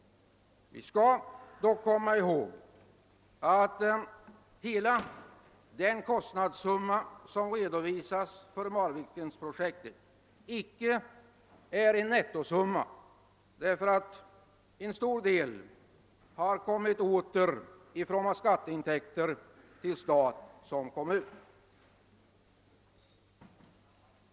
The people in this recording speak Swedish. Vi skall dock komma ihåg, att den kostnad som redovisas för Marvikenprojektet icke är en nettoutgift, eftersom en stor del har kommit tillbaka i form av skatteintäkter till stat och kommun.